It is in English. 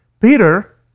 Peter